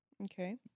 Okay